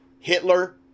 hitler